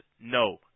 no